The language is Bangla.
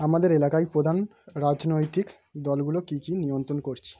আমাদের এলাকায় প্রধান রাজনৈতিক দলগুলো কী কী নিয়ন্ত্রণ করছে